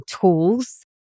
tools